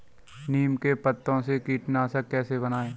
नीम के पत्तों से कीटनाशक कैसे बनाएँ?